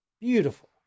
beautiful